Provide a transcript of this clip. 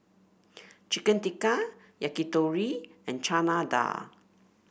Chicken Tikka Yakitori and Chana Dal